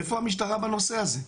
איפה המשטרה בנושא הזה?